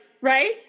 Right